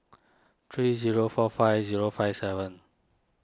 three zero four five zero five seven